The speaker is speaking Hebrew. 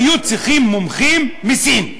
היו צריכים מומחים מסין,